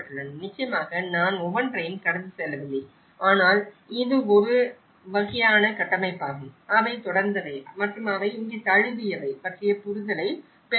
நிச்சயமாக நான் ஒவ்வொன்றையும் கடந்து செல்லவில்லை ஆனால் இது ஒரு வகையான கட்டமைப்பாகும் அவை தொடர்ந்தவை மற்றும் அவை இங்கே தழுவியவை பற்றிய புரிதலைப் பெறுகின்றன